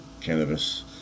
cannabis